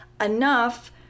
enough